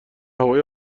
هوای